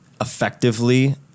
effectively